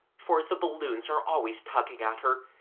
for the balloons are always tugging at her,